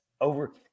over